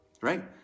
right